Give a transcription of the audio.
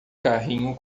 carrinho